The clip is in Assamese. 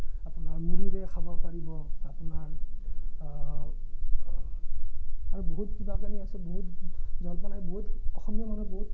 আপোনাৰ মুড়িৰে খাব পাৰিব আপোনাৰ আৰু বহুত কিবাকেনি আছে বহুত জলপান আছে বহুত অসমীয়া মানুহে বহুত